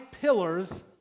pillars